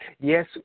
yes